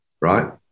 right